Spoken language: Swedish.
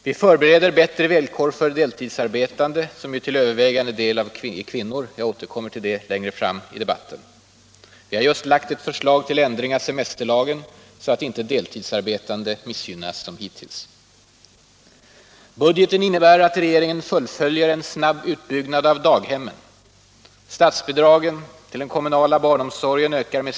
Vi förbereder bättre villkor för deltidsarbetande, som ju till övervägande delen är kvinnor — jag återkommer till det längre fram i debatten. politiken politiken Vi har just framlagt ett förslag till ändring av semesterlagen, så att inte deltidsarbetande missgynnas som hittills.